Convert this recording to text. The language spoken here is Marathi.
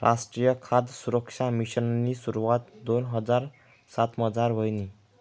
रासट्रीय खाद सुरक्सा मिशननी सुरवात दोन हजार सातमझार व्हयनी